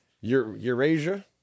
Eurasia